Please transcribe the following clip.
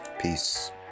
peace